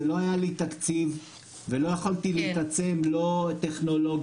כשלא היה לי תקציב ולא יכולתי להתעצם לא טכנולוגית,